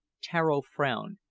tararo frowned,